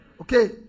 Okay